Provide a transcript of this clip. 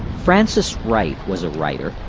frances wright was a writer,